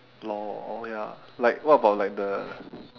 lol oh ya like what about like the